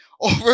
Over